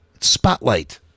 Spotlight